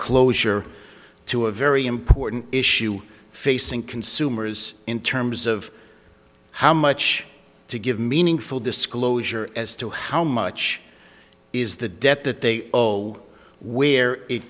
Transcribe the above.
closure to a very important issue facing consumers in terms of how much to give meaningful disclosure as to how much is the debt that they owe where it